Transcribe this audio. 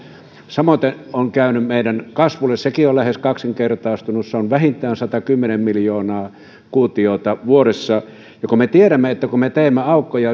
samoiten on käynyt kasvulle sekin on lähes kaksinkertaistunut se on vähintään satakymmentä miljoonaa kuutiota vuodessa me tiedämme että kun me teemme aukkoja